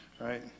right